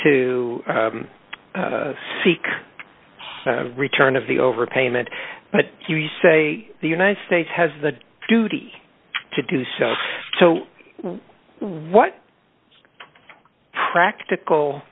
to seek a return of the overpayment but you say the united states has the duty to do so so what practical